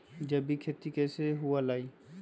जैविक खेती कैसे हुआ लाई?